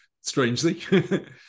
strangely